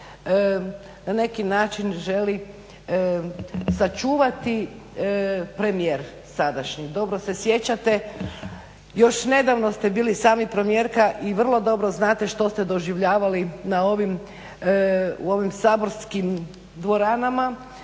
na neki način želi sačuvati premijer sadašnji. Dobro se sjećate još nedavno ste bili i sami premijerka i vrlo dobro znate što ste doživljavali u ovim saborskim dvoranama